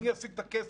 אני אשיג את הכסף,